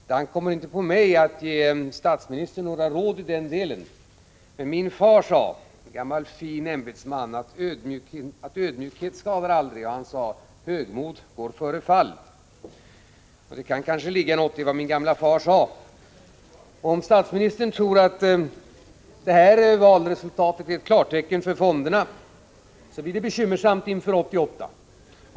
Det ankommer inte på mig att ge statsministern några råd i den delen, men min far, en gammal fin ämbetsman, sade att ödmjukhet skadar aldrig. Och han sade: Högmod går före fall. Det kan kanske ligga något i vad min gamle far sade. Om statsministern tror att valresultatet är ett klartecken för fonderna blir det bekymmersamt inför 1988.